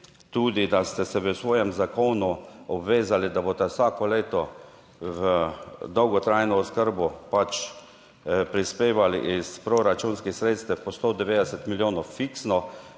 tudi, da ste se v svojem zakonu obvezali, da boste vsako leto v dolgotrajno oskrbo pač prispevali iz proračunskih sredstev po 190 milijonov fiksno,